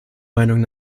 meinung